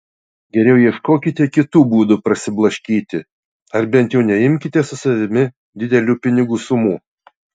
geriau ieškokite kitų būdų prasiblaškyti ar bent jau neimkite su savimi didelių pinigų sumų